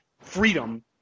freedom